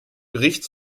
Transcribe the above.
gericht